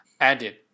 added